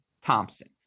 Thompson